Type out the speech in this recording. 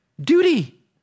duty